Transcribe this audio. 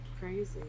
crazy